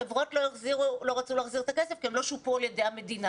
החברות לא רצו להחזיר את הכסף כי הן לא שופו על ידי המדינה.